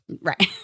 Right